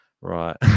Right